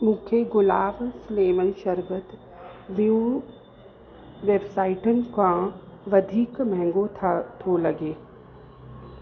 मूंखे गुलाब्स लैमन शरबत ॿियूं वेबसाइटुनि खां वधीक महांगो था थो लॻे